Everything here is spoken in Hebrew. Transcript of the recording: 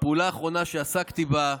הפעולה האחרונה שעסקתי בה.